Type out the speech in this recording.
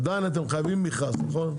עדיין אתם חייבים מכרז, נכון?